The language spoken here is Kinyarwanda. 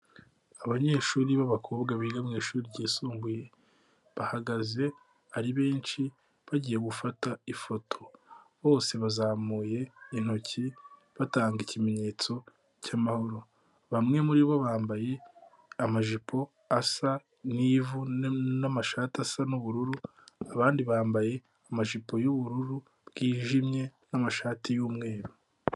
Abanyeshuri b'abakobwa biga mu ishuri ryisumbuye bahagaze ari benshi bagiye gufata ifoto. Bose bazamuye intoki batanga ikimenyetso cy'amahoro. Bamwe muri bo bambaye amajipo asa n'ivu n'amashati asa n'ubururu. Abandi bambaye amajipo y'ubururu bwijimye n'amashati y'umweru.